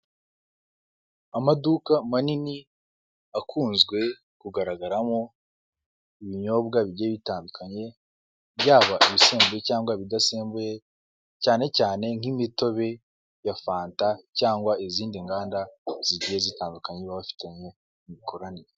Amaduka manini akunzwe kugaragaramo ibinyobwa bigiye bitandukanye, byaba ibisembuye cyangwa ibidasembuye, cyane cyane nk'imitobe ya fanta, cyangwa izindi nganda zigiye zitandukanye, baba bafitanye imikoranire.